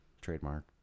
Trademark